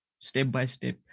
step-by-step